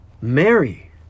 Mary